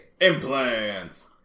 Implants